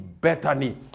Bethany